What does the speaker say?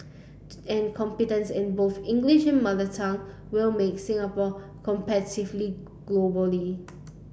and competence in both English and mother tongue will make Singapore globally